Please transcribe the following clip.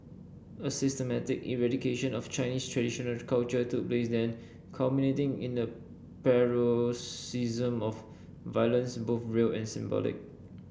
a systematic eradication of Chinese traditional culture took place then culminating in a paroxysm of violence both real and symbolic